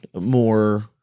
more